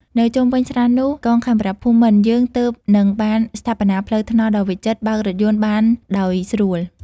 នៅជុំវិញស្រះនេះ កងខេមរភូមិន្ទយើងទើបនឹងបានស្ថាបនាផ្លូវថ្នល់ដ៏វិចិត្រ បើករថយន្តបានដោយស្រួល។